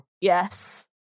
Yes